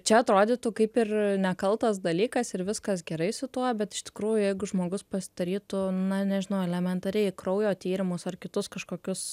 čia atrodytų kaip ir nekaltas dalykas ir viskas gerai su tuo bet iš tikrųjų jeigu žmogus pasidarytų na nežinau elementariai kraujo tyrimus ar kitus kažkokius